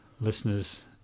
listeners